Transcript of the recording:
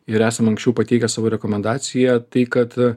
ir esam anksčiau pateikę savo rekomendaciją tai kad